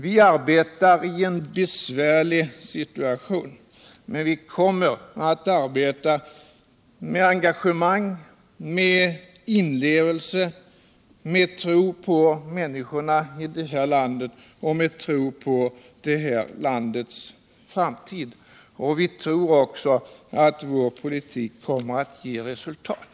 Vi arbetar i en besvärlig situation, men vi kommer att arbeta med engagemang och inlevelse, med tro på människorna i det här landet och med tro på det här landets framtid. Vi tror också att vår politik kommer att ge resultat.